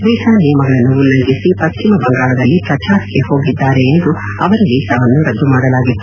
visa ನಿಯಮಗಳನ್ನು ಉಲ್ಲಂಘಿಸಿ ಪಶ್ಚಿಮ ಬಂಗಾಳದಲ್ಲಿ ಪ್ರಚಾರಕ್ಕೆ ಹೋಗಿದ್ದಾರೆ ಎಂದು ಅವರ ವೀಸಾವನ್ನು ರದ್ದು ಮಾಡಲಾಗಿತ್ತು